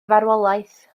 farwolaeth